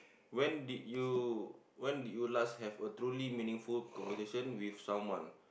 when did you when did you last have a truly meaningful conversation with someone